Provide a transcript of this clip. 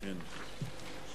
כבוד